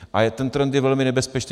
Ale ten trend je velmi nebezpečný.